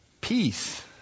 Peace